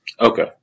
Okay